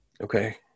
Okay